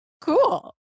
cool